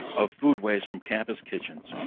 of food waste from campus kitchens.